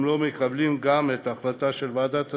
אם לא מקבלים את ההחלטה של ועדת ההשגה,